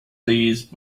these